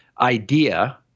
idea